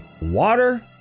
water